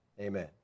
Amen